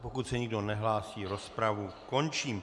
Pokud se nikdo nehlásí, rozpravu končím.